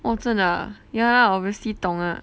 oh 真的 ah yeah lah obviously 懂啦